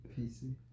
PC